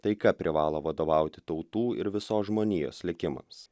taika privalo vadovauti tautų ir visos žmonijos likimams